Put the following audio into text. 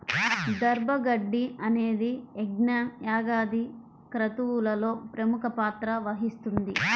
దర్భ గడ్డి అనేది యజ్ఞ, యాగాది క్రతువులలో ప్రముఖ పాత్ర వహిస్తుంది